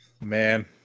man